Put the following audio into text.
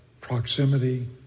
proximity